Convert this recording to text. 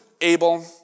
able